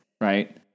right